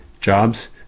jobs